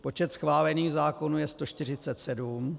Počet schválených zákonů je 147.